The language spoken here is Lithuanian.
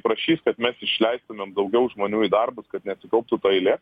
prašys kad mes išleistumėm daugiau žmonių į darbus kad nesikauptų ta eilė